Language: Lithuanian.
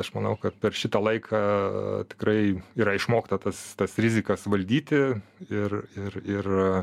aš manau kad per šitą laiką tikrai yra išmokta tas tas rizikas valdyti ir ir ir